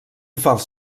fals